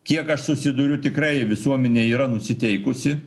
kiek aš susiduriu tikrai visuomenė yra nusiteikusi